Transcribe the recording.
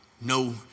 no